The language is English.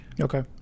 okay